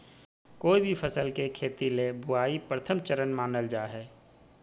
कोय भी फसल के खेती ले बुआई प्रथम चरण मानल जा हय